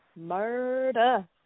murder